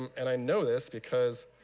um and i know this because,